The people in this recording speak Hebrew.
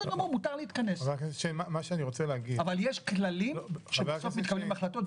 היא לא אבל יש כללים שבסוף מתקבלות ההחלטות,